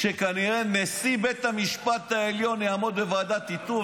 שכנראה נשיא בית המשפט העליון יעמוד בוועדת איתור,